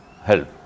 help